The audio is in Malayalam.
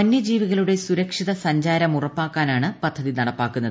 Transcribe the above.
വന്യജീവികളുടെ സുരക്ഷിത സഞ്ചാരം ഉറപ്പാക്കാനാണ് പദ്ധതി നടപ്പാക്കുന്നത്